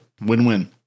Win-win